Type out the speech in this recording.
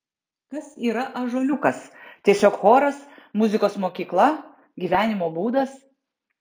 kas yra ąžuoliukas tiesiog choras muzikos mokykla gyvenimo būdas